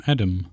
Adam